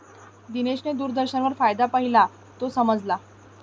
दिनेशने दूरदर्शनवर फायदा पाहिला, तो समजला